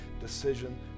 decision